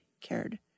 cared